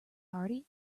party